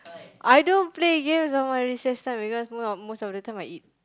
I don't play games on my recess time because most most of the time I eat